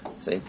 See